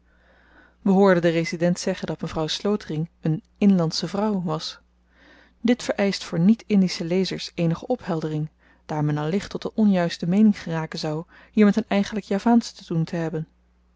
hoorden den resident zeggen dat mevrouw slotering een inlandsche vrouw was dit vereischt voor niet indische lezers eenige opheldering daar men al licht tot de onjuiste meening geraken zou hier met een eigenlyk javaansche te doen te hebben